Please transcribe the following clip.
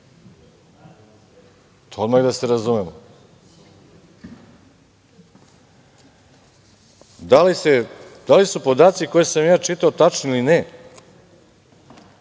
To odmah da se razumemo. Da li su podaci koje sam ja čitao tačni ili ne,